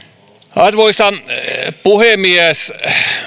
arvoisa puhemies